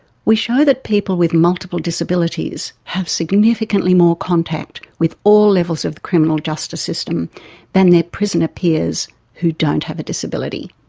we show that people with multiple disabilities have significantly more contact with all levels of the criminal justice system than their prisoner peers who don't have disability.